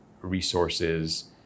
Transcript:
resources